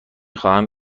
خواهم